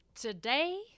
Today